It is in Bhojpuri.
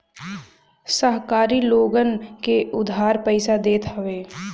सहकारी लोगन के उधार पईसा देत हवे